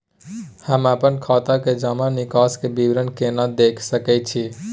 हम अपन खाता के जमा निकास के विवरणी केना देख सकै छी?